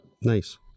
Nice